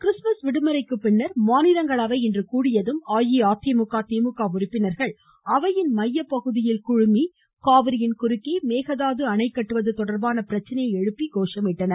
Christmas விடுமுறைக்கு பின்னர் மாநிலங்களவை இன்று கூடியதும் அஇஅதிமுக திமுக உறுப்பினர்கள் அவையின் மையப்பகுதியில் குழுமி காவிரியின் குறுக்கே மேகதாது அணை கட்டுவது தொடர்பான பிரச்சினையை எழுப்பி கோஷமிட்டனர்